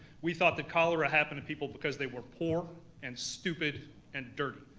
we thought that cholera happened to people because they were poor and stupid and dirty.